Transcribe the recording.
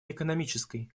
экономической